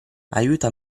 aiuta